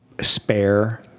spare